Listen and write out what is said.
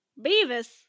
Beavis